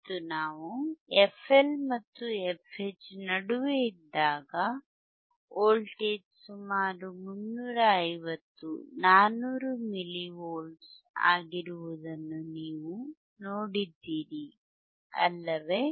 ಮತ್ತು ನಾವು fL ಮತ್ತು fH ನಡುವೆ ಇದ್ದಾಗ ವೋಲ್ಟೇಜ್ ಸುಮಾರು 350 400 ಮಿಲಿ ವೋಲ್ಟ್ ಆಗಿರುವುದನ್ನು ನೀವು ನೋಡಿದ್ದೀರಿ ಅಲ್ಲವೇ